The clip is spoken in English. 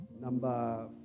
Number